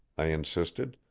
i insisted.